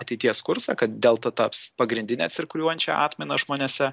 ateities kursą kad delta taps pagrindine cirkuliuojančia atmaina žmonėse